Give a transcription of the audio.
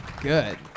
Good